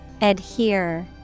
Adhere